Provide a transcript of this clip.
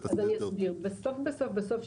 אז אני אסביר: בסוף-בסוף-בסוף,